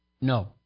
No